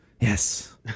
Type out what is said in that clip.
Yes